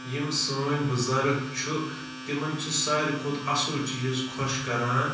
یِم سٲںی بُزارٕگ چھُ یِمن چھُ ساروٕے کھۄتہٕ اَصٕل چیٖز خۄش کران